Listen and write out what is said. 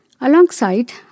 Alongside